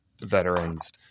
veterans